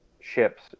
ships